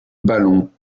ballon